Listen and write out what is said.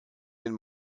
den